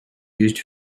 used